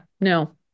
no